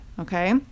okay